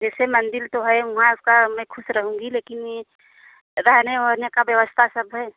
जैसे मंदिर तो है वहाँ का मैं ख़ुश रहूँगी लेकिन यह रहने वहने की व्यवस्था सब है